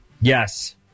Yes